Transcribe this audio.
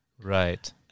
Right